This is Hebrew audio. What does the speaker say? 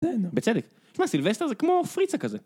בצדק, תשמע, סילבסטר זה כמו פריצה כזה.